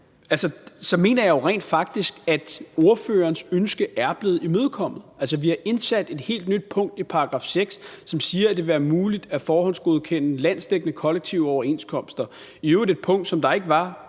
så mener jeg jo rent faktisk, at ordførerens ønske er blevet imødekommet. Altså, vi har indsat et helt nyt punkt i § 6, som siger, at det vil være muligt at forhåndsgodkende landsdækkende kollektive overenskomster, i øvrigt et punkt, som ikke på